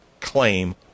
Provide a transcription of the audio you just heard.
claim